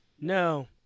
No